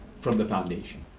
from the foundation.